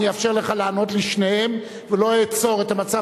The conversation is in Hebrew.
אני אאפשר לך לענות לשניהם ולא אצור את המצב